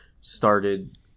started